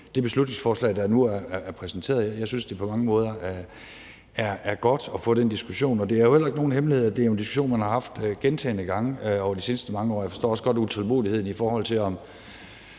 Jeg synes, at det på mange måder er godt at få den diskussion, og det er heller ikke nogen hemmelighed, at det jo er en diskussion, man har haft gentagne gange gennem de seneste mange år. Jeg forstår også godt utålmodigheden, i forhold til